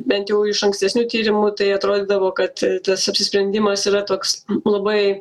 bent jau iš ankstesnių tyrimų tai atrodydavo kad tas apsisprendimas yra toks labai